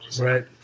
Right